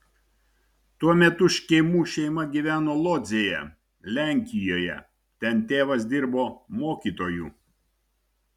tuo metu škėmų šeima gyveno lodzėje lenkijoje ten tėvas dirbo mokytoju